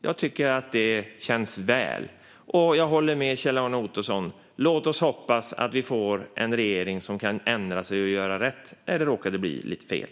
Det här känns bra. Jag håller med Kjell-Arne Ottosson: Låt oss hoppas att vi får en regering som kan ändra sig och göra rätt när det råkat bli lite fel.